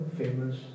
famous